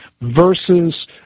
Versus